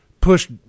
push